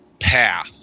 path